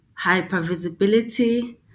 hypervisibility